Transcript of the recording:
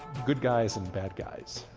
good guys and bad guys,